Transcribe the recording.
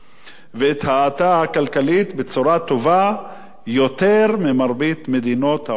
ואת ההאטה הכלכלית בצורה טובה יותר ממרבית מדינות העולם המפותח.